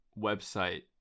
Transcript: website